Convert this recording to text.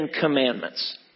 commandments